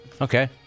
Okay